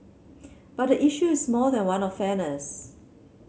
but the issue is more than one of fairness